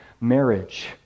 marriage